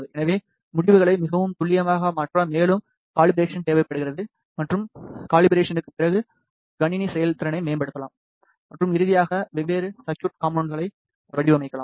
எனவே முடிவுகளை மிகவும் துல்லியமாக மாற்ற மேலும் காலிபரேஷன் தேவைப்படுகிறது மற்றும் கலிபரேஷனுக்கு பிறகு கணினி செயல்திறனை மேம்படுத்தலாம் மற்றும் இறுதியாக வெவ்வேறு சர்க்குட் காம்போனென்ட்களை வடிவமைக்கலாம்